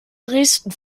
dresden